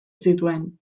zituen